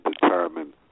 determine